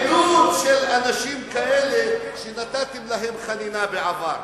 בעידוד של אנשים כאלה, שנתתם להם חנינה בעבר.